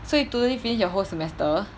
so you totally finish your whole semester